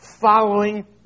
following